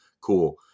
Cool